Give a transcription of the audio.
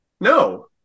No